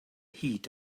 heat